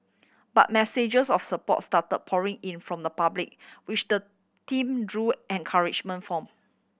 but messages of support start pouring in from the public which the team drew encouragement from